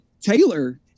Taylor